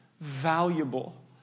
valuable